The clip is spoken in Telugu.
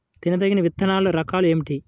తినదగిన విత్తనాల రకాలు ఏమిటి?